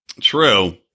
true